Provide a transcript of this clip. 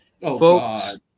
Folks